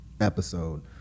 episode